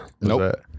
Nope